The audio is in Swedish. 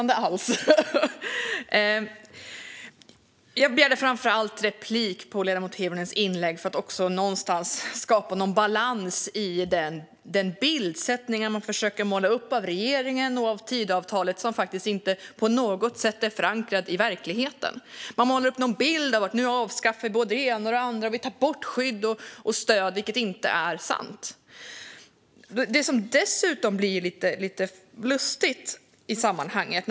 Fru talman! Jag begärde replik på ledamoten Hirvonens inlägg framför allt för att skapa någon sorts balans i bildsättningen. Man försöker måla upp en bild av regeringen och Tidöavtalet som inte på något sätt är förankrad i verkligheten. Man målar upp en bild att vi nu avskaffar både det ena och det andra och tar bort skydd och stöd, vilket inte är sant. Det finns dessutom något som blir lite lustigt i sammanhanget.